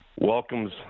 welcomes